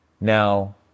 Now